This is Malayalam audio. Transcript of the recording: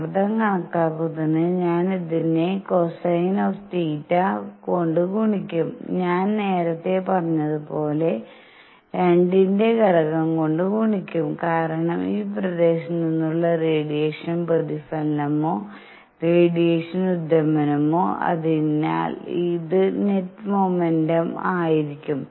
മർദ്ദം കണക്കാക്കുന്നതിന് ഞാൻ ഇതിനെ കോസൈൻ ഓഫ് തീറ്റcosine of θ കൊണ്ട് ഗുണിക്കും ഞാൻ നേരത്തെ പറഞ്ഞതുപോലെ രണ്ടിന്റെ ഘടകം കൊണ്ട് ഗുണിക്കും കാരണം ഈ പ്രദേശത്ത് നിന്നുള്ള റേഡിയേഷൻ പ്രതിഫലനമോ റേഡിയേഷൻ ഉദ്വമനമോ അതിനാൽ ഇത് നെറ്റ് മൊമെന്റം ആയിരിക്കും